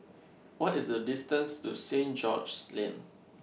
What IS The distance to Saint George's Lane